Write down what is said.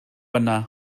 yna